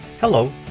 Hello